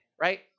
right